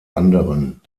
anderen